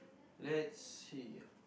let's see